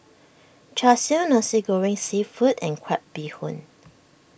Char Siu Nasi Goreng Seafood and Crab Bee Hoon